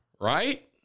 Right